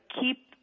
keep